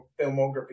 filmography